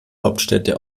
hauptstädte